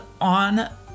on